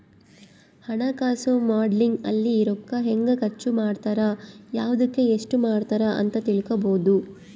ಹಣಕಾಸು ಮಾಡೆಲಿಂಗ್ ಅಲ್ಲಿ ರೂಕ್ಕ ಹೆಂಗ ಖರ್ಚ ಮಾಡ್ತಾರ ಯವ್ದುಕ್ ಎಸ್ಟ ಮಾಡ್ತಾರ ಅಂತ ತಿಳ್ಕೊಬೊದು